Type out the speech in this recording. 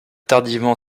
tardivement